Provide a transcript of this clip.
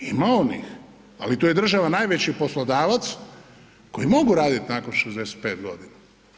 Ima onih, ali tu država najveći poslodavac, koji mogu raditi nakon 65 godina.